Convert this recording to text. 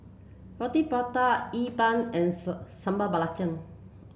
Roti Prata E Bua and sir Sambal Belacan